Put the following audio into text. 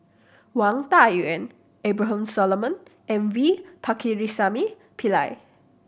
Wang Dayuan Abraham Solomon and V Pakirisamy Pillai